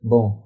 Bom